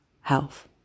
health